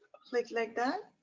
a flick like that.